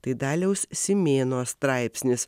tai daliaus simėno straipsnis